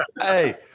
Hey